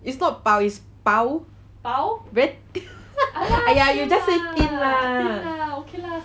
it's not bao it's 薄 !aiya! you just say thin lah